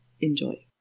Enjoy